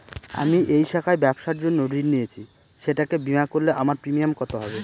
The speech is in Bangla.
আমি এই শাখায় ব্যবসার জন্য ঋণ নিয়েছি সেটাকে বিমা করলে আমার প্রিমিয়াম কত হবে?